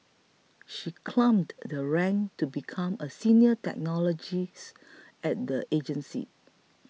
she climbed the ranks to become a senior technologist at the agency